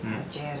mmhmm